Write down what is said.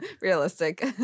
realistic